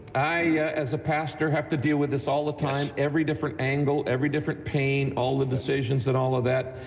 i, yeah as a pastor, have to deal with this all the time, every different angle, every different pain, all the decisions and all of that.